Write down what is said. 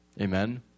Amen